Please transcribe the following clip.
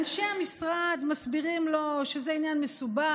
אנשי המשרד מסבירים לו שזה עניין מסובך